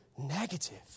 negative